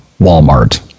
Walmart